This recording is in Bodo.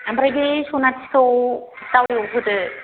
आमफ्राय बे सनाथिखौ दाउ एवहोदो